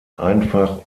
einfach